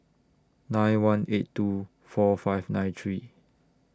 nine one eight two four five nine three